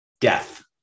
Death